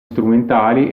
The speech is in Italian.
strumentali